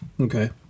Okay